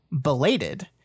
belated